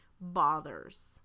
bothers